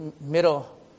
Middle